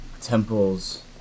temples